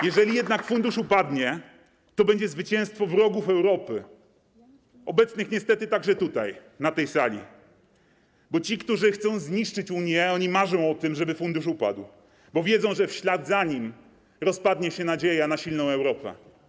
Jeżeli jednak fundusz upadnie, to będzie zwycięstwo wrogów Europy, obecnych niestety także tutaj, na tej sali, bo ci, którzy chcą zniszczyć Unię, marzą o tym, żeby fundusz upadł, bo wiedzą, że w ślad za tym rozpadnie się nadzieja na silną Europę.